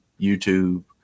YouTube